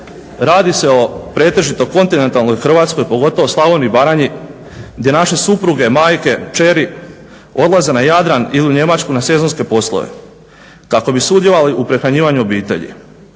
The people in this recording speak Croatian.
Radi se pretežito kontinentalnoj Hrvatskoj pogotovo Slavoniji i Baranji gdje naše supruge, majke, kćeri odlaze na Jadran ili u Njemačku na sezonske poslove kako bi sudjelovale u prehrane obitelji.